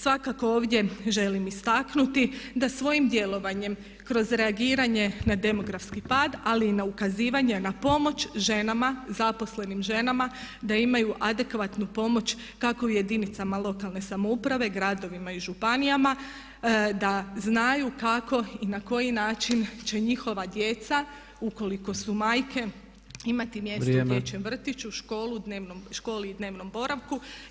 Svakako ovdje želim istaknuti da svojim djelovanjem kroz reagiranje na demografski pad, ali i na ukazivanje na pomoć ženama, zaposlenim ženama da imaju adekvatnu pomoć kako u jedinicama lokalne samouprave, gradovima i županijama, da znaju kako i na koji način će njihova djeca ukoliko su majke imati mjesto u dječjem vrtiću [[Upadica Tepeš: Vrijeme.]] školi i dnevnom boravku.